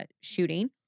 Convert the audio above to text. shooting